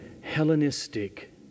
Hellenistic